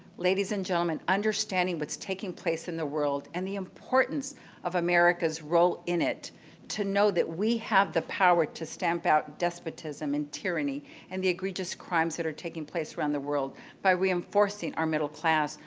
ladies and gentlemen, understanding what's taking place in the world and the importance of america's role in it to know that we have the power to stamp out despotism and tyranny and the egregious crimes that are taking place around the world by reinforcing our middle class,